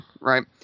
right